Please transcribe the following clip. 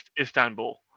Istanbul